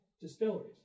distilleries